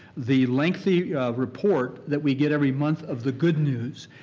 the lengthy report that we get every month of the good news,